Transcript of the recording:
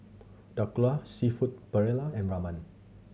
Dhokla Seafood Paella and Ramen